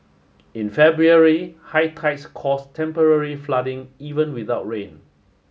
in February high tides cause temporary flooding even without rain